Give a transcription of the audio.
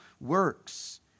works